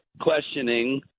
questioning